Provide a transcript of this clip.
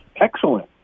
Excellent